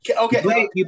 Okay